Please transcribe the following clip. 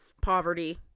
poverty